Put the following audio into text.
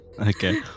Okay